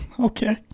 Okay